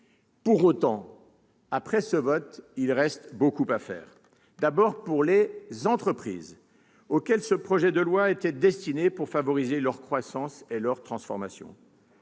Pour autant, après ce vote, il reste beaucoup à faire. Tout d'abord pour les entreprises, auxquelles ce projet de loi était destiné, puisqu'il était question de favoriser leur croissance et leur transformation.